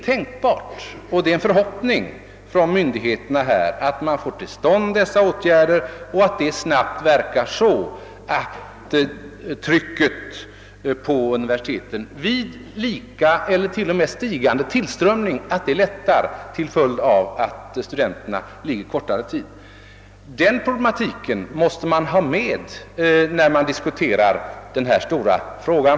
Det är alltså myndigheternas förhoppningar att dessa åtgärder skall genomföras och snabbt leda till att trycket på universitet och högskolor vid oförändrad eller t.o.m. stigande tillströmning lättar till följd av att studenterna ligger kortare tid vid universiteten och högskolorna. Den problematiken måste vara med i bilden när vi framöver diskuterar denna stora fråga.